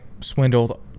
swindled